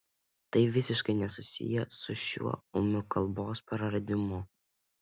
tai visiškai nesusiję su šiuo ūmiu kalbos praradimu